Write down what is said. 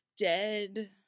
dead